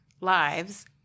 lives